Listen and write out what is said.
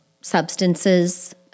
substances